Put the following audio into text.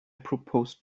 proposed